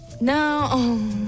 No